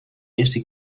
eerste